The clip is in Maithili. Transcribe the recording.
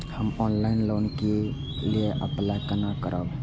हम ऑनलाइन लोन के लिए अप्लाई केना करब?